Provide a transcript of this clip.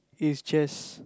is just